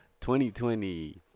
2020